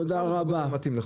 תודה רבה.